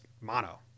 mono